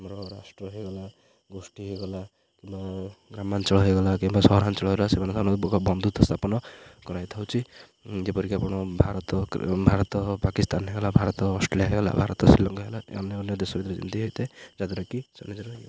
ଆମର ରାଷ୍ଟ୍ର ହୋଇଗଲା ଗୋଷ୍ଠୀ ହୋଇଗଲା କିମ୍ବା ଗ୍ରାମାଞ୍ଚଳ ହେଇଗଲା କିମ୍ବା ସହରାଞ୍ଚଳ ହେଲା ସେମାନ ଆମୋକ ବନ୍ଧୁତା ସ୍ଥାପନ କରାଇଥାଉଛି ଯେପରିକି ଆପଣ ଭାରତ ଭାରତ ପାକିସ୍ତାନ ହୋଇଗଲା ଭାରତ ଅଷ୍ଟ୍ରେଲିଆ ହୋଇଗଲା ଭାରତ ଶ୍ରୀଲଙ୍କା ହେଲା ଅନ୍ୟ ଅନ୍ୟ ଦେଶରେ ଯେମିତି ହୋଇଥାଏ ଯାଦ୍ଵରା କି